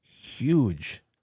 huge